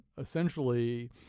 essentially –